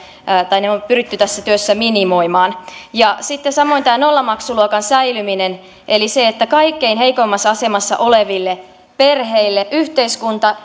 tai ne on pyritty tässä työssä minimoimaan sitten samoin on tämä nollamaksuluokan säilyminen eli se että kaikkein heikoimmassa asemassa oleville perheille yhteiskunta